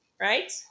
right